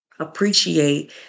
appreciate